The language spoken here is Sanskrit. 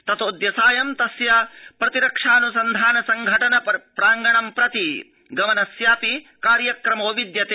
ततोऽद्य सायं तस्य प्रतिरक्षाऽनुसन्धान संघटन परिसरं प्रति गमनस्यापि कार्यक्रमो विद्यते